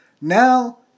Now